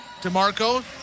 DeMarco